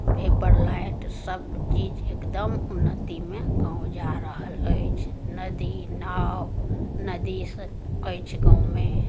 भेपर light सबचीज एकदम उन्नतिमे गाम जा रहल अछि नदी नाव नदीसे अछि गाममे